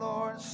Lord